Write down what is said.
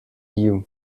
you